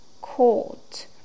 court